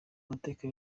amateka